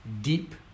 deep